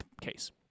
case